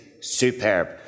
superb